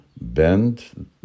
bend